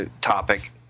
topic